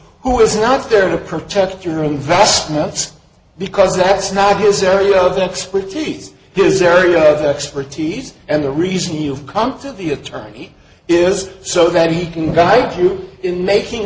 who is not there to protect your investments because that's not his area of expertise his area of expertise and the reason you've come through the attorney is so that he can guide you in making